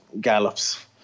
gallops